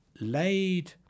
laid